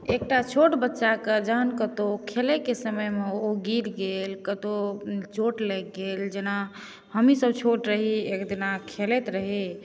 एकटा छोट बच्चाके जहन कतहु खेलैके समयमे ओ गिर गेल ओ कतहु चोट लागि गेल जेना हमहीँ सभ छोट रही एकदिना खेलैत रही